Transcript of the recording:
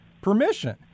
permission